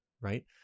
right